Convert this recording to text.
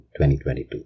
2022